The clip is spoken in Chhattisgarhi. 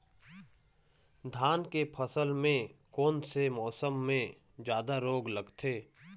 धान के फसल मे कोन से मौसम मे जादा रोग लगथे?